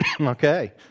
okay